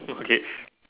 okay